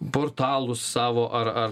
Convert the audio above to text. portalus savo ar ar